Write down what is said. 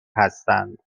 هستند